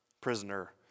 prisoner